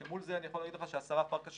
שמול זה אני יכול להגיד לך שהשרה פרקש-הכהן